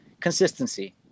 consistency